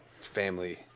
family